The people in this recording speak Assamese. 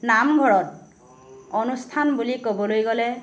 নামঘৰত অনুষ্ঠান বুলি ক'বলৈ গ'লে